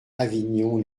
avignon